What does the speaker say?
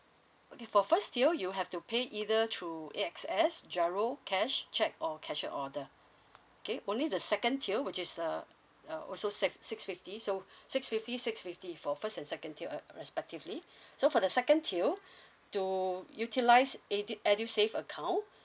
okay for first tier you have to pay either through A_X_S G_I_R_O cash check or cashier order okay only the second tier which is uh uh also six six fifty so six fifty six fifty for first and second tier uh respectively so for the second tier to utilise edu~ edusave account